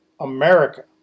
America